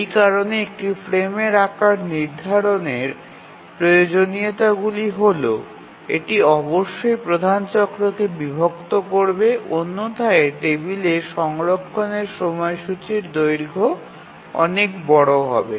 এই কারণে একটি ফ্রেমের আকার নির্ধারণের প্রয়োজনীয়তাগুলি হল এটি অবশ্যই প্রধান চক্রকে বিভক্ত করবে অন্যথায় টেবিলে সংরক্ষণের সময়সূচির দৈর্ঘ্য অনেক বড় হবে